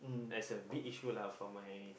as a big issue lah for my